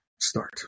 start